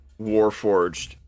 Warforged